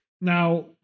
Now